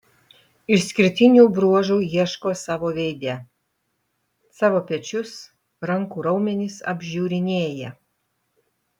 išskirtinių bruožų ieško savo veide savo pečius rankų raumenis apžiūrinėja